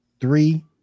three